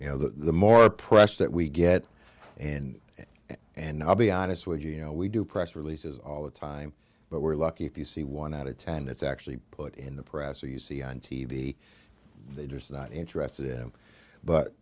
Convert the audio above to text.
you know the more press that we get and and i'll be honest with you you know we do press releases all the time but we're lucky if you see one out of ten that's actually put in the press so you see on t v they just that interested him but